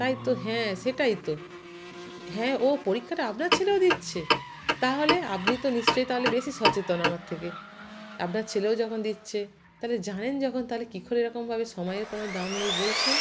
তাই তো হ্যাঁ সেটাই তো হ্যাঁ ও পরীক্ষাটা আপনার ছেলেও দিচ্ছে তাহলে আপনি তো নিশ্চয়ই তাহলে বেশি সচেতন আমার থেকে আপনার ছেলেও যখন দিচ্ছে তাহলে জানেন যখন তাহলে কি করে এরকমভাবে সময়ের কোনো দাম নেই বলছেন